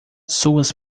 suas